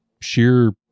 sheer